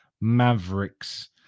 Mavericks